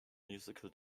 musical